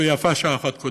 ויפה שעה אחת קודם.